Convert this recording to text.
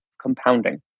compounding